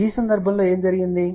ఈ సందర్భంలో ఏమి జరిగింది